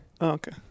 Okay